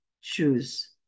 choose